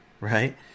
right